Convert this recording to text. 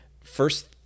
first